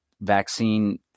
vaccine